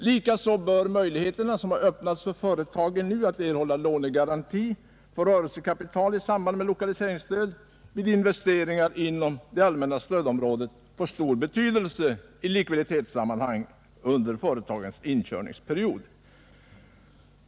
Likaså bör de möjligheter som öppnats för företagen att erhålla lånegaranti för rörelsekapital i samband med lokaliseringsstöd vid investeringar inom det allmänna stödområdet få stor betydelse i likviditetssammanhang under företagens inkörningsperiod.